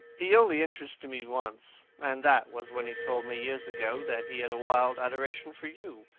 he only interested me once, and that was when he told me, years ago, that he had a wild adoration for you